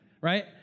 Right